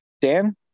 dan